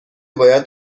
باید